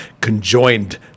conjoined